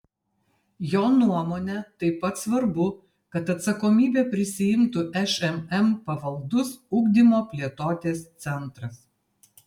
jo nuomone taip pat svarbu kad atsakomybę prisiimtų šmm pavaldus ugdymo plėtotės centras